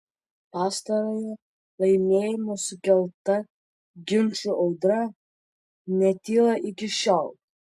pastarojo laimėjimo sukelta ginčų audra netyla iki šiol